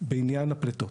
בעניין הפליטות.